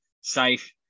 safe